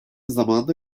zamanda